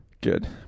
Good